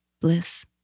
bliss